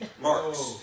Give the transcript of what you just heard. marks